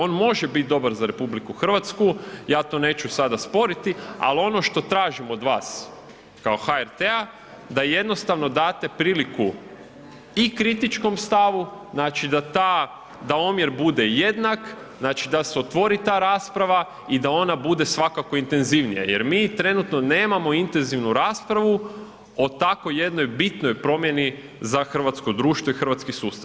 ON može biti dobar za RH, ja to neću sada sporiti ali ono što tražim od vas kao HRT-a, da jednostavno date priliku i kritičkom stavu, znači da omjer bude jednak, znači da se otvori ta rasprava i da one bude svakako intenzivnija jer mi trenutno nemamo intenzivnu raspravu o takvoj jednoj bitnoj promjeni za Hrvatsko društvo i hrvatski sustav.